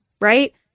Right